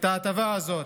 את ההטבה הזאת.